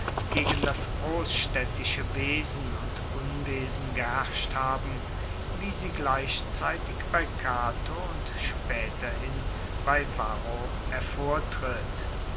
gegen das grossstaedtische wesen und unwesen geherrscht haben wie sie gleichzeitig bei cato und spaeterhin bei varro hervortritt